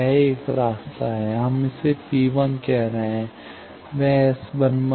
एक रास्ता यह है हम इसे P1 कह रहे हैं वह S 1 1 है